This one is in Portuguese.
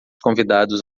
convidados